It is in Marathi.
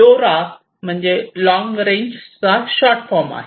लोरा म्हणजे लॉन्ग रेंज चा शॉर्ट फॉर्म आहे